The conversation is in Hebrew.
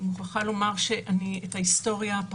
אני מוכרחה לומר שאני פחות זוכרת את ההיסטוריה.